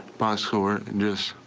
boss or miss.